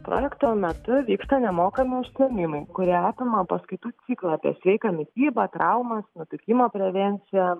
projekto metu vyksta nemokami užsiėmimai kurie apima paskaitų ciklą apie sveiką mitybą traumas nutukimo prevenciją